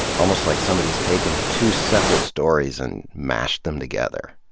almost like somebody's taken two separate stories and mashed them together.